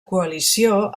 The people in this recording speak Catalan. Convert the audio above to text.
coalició